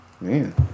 Man